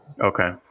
Okay